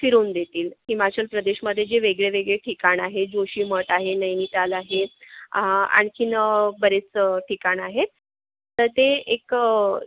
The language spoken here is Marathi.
फिरवून देतील हिमाचल प्रदेशमधे जे वेगवेगळे ठिकाण आहे जोशी मठ आहे नैनिताल आहे अं आणखीन अ बरेच अ ठिकाण आहेत तर ते एक